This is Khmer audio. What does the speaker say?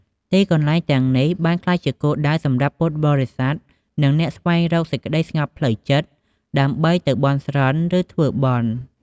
ទីកន្លែងទាំងនេះបានក្លាយជាគោលដៅសម្រាប់ពុទ្ធបរិស័ទ និងអ្នកស្វែងរកសេចក្ដីស្ងប់ផ្លូវចិត្ត ដើម្បីទៅបន់ស្រន់ ឬធ្វើបុណ្យ ។